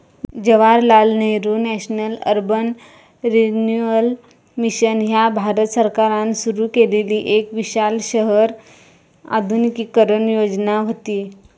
Jawaharlal Nehru national urban renewal mission ह्या भारत सरकारान सुरू केलेली एक विशाल शहर आधुनिकीकरण योजना व्हती